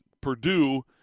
Purdue